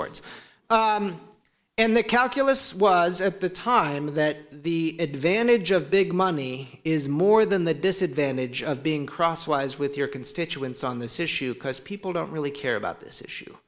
words and the calculus was at the time that the advantage of big money is more than the disadvantage of being crosswise with your constituents on this issue because people don't really care about this issue